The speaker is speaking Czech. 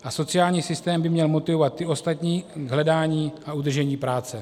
A sociální systém by měl motivovat ty ostatní k hledání a udržení práce.